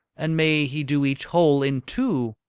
and may he do each hole in two,